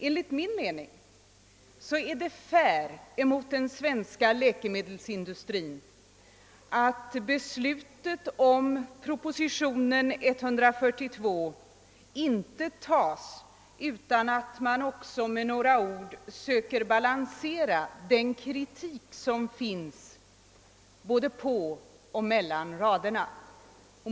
Enligt min mening är det fair mot den svenska läkemedelsindustrin att beslutet om propositionen 142 inte fattas utan att man också tar hänsyn till och försöker balansera den kritik som finns.